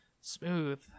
Smooth